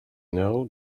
know